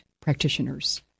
practitioners